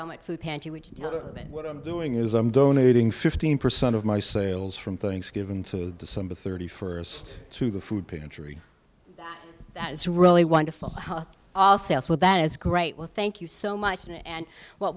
is what i'm doing is i'm donating fifteen percent of my sales from thanksgiving to december thirty first to the food pantry that is really wonderful all sales with that is great well thank you so much and what